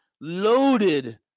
loaded